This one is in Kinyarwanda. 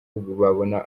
babona